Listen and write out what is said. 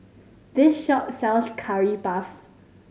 this shop sells Curry Puff